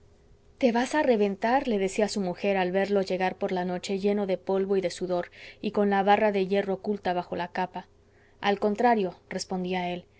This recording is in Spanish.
te vas a reventar le decía su mujer al verlo llegar por la noche lleno de polvo y de sudor y con la barra de hierro oculta bajo la capa al contrario respondía él